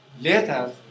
Later